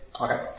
Okay